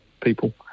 people